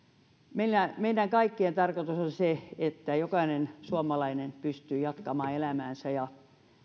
meidän kaikkien tarkoitus on se että jokainen suomalainen pystyy jatkamaan elämäänsä ja